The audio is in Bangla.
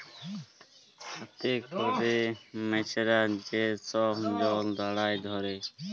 হাতে ক্যরে মেছরা যে ছব জলে দাঁড়ায় ধ্যরে